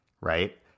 right